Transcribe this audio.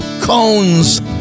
cones